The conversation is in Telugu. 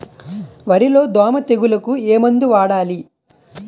వరిలో దోమ తెగులుకు ఏమందు వాడాలి?